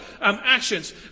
actions